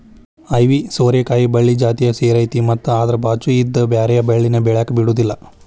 ಐವಿ ಸೋರೆಕಾಯಿ ಬಳ್ಳಿ ಜಾತಿಯ ಸೇರೈತಿ ಮತ್ತ ಅದ್ರ ಬಾಚು ಇದ್ದ ಬ್ಯಾರೆ ಬಳ್ಳಿನ ಬೆಳ್ಯಾಕ ಬಿಡುದಿಲ್ಲಾ